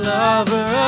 lover